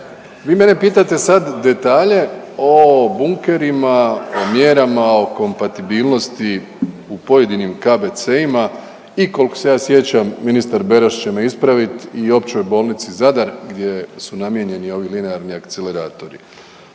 Vi mene pitate sad detalje o bunkerima, o mjerama, o kompatibilnosti u pojedinim KBC-ima i kolko se ja sjećam, ministar Beroš će me ispravit i Općoj bolnici Zadar gdje su namijenjeni ovi linearni akceleratori.